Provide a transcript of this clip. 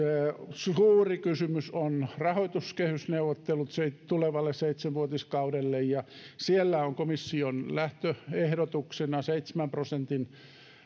suuri kysymys on rahoituskehysneuvottelut tulevalle seitsenvuotiskaudelle ja siellä on komission lähtöehdotuksena seitsemän prosentin